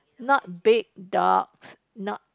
not big dogs not